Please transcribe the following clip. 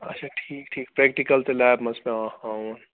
اچھا ٹھیٖک ٹھیٖک پرٛٮ۪کٹِکَل تہِ لیبہِ منٛز پٮ۪وان ہاوُن